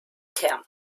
term